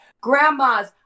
grandmas